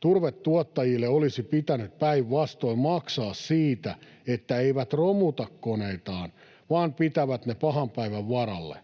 Turvetuottajille olisi pitänyt päinvastoin maksaa siitä, että eivät romuta koneitaan vaan pitävät ne pahan päivän varalle.